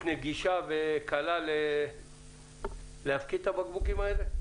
נגישה וקלה להפקיד את הבקבוקים האלה?